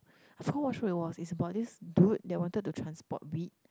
I forgot what show we watch is about this dude that wanted to transport weed